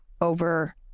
over